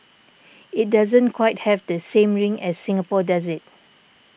it doesn't quite have the same ring as Singapore does it